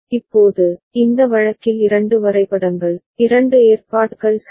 இப்போது இந்த வழக்கில் இரண்டு வரைபடங்கள் இரண்டு ஏற்பாடுகள் சரி